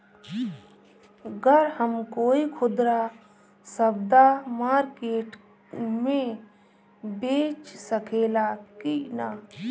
गर हम कोई खुदरा सवदा मारकेट मे बेच सखेला कि न?